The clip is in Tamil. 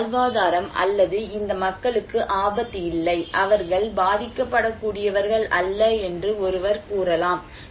இந்த வாழ்வாதாரம் அல்லது இந்த மக்களுக்கு ஆபத்து இல்லை அவர்கள் பாதிக்கப்படக்கூடியவர்கள் அல்ல என்று ஒருவர் கூறலாம்